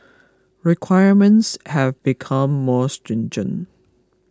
requirements have become more stringent